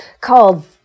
called